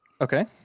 Okay